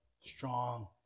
strong